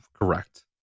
correct